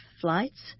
flights